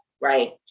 right